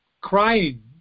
Crying